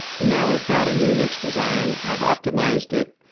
now i've got a new mix design i've optimized it.